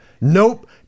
Nope